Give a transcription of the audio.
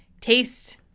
taste